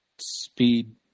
speed